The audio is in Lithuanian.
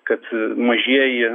kad mažieji